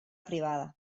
privada